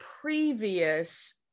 previous